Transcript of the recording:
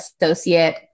associate